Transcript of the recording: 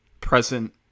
present